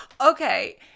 Okay